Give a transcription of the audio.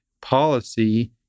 policy